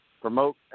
promote